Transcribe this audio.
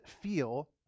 feel